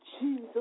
Jesus